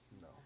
No